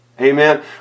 Amen